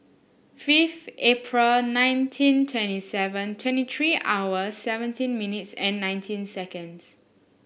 fifth April nineteen twenty seven twenty three hours seventeen minutes and nineteen seconds